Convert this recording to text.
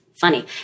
funny